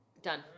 Done